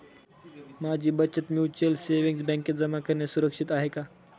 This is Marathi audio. माझी बचत म्युच्युअल सेविंग्स बँकेत जमा करणे सुरक्षित आहे का